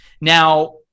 Now